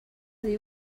diu